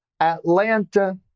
Atlanta